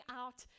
out